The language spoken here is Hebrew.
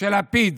של לפיד,